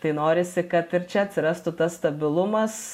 tai norisi kad ir čia atsirastų tas stabilumas